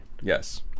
Yes